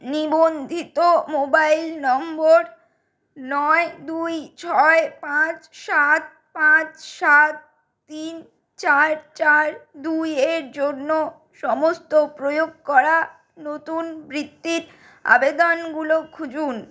নিবন্ধিত mobile number নয় দুই ছয় পাঁচ সাত পাঁচ সাত তিন চার চার দুই এর জন্য সমস্ত প্রয়োগ করা নতুন বৃত্তির আবেদনগুলো খুঁজুন